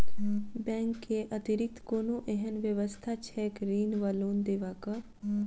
Bank केँ अतिरिक्त कोनो एहन व्यवस्था छैक ऋण वा लोनदेवाक?